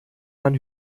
man